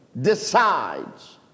decides